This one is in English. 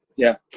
yeah.